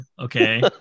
Okay